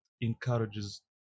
encourages